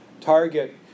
target